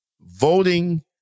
voting